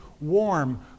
warm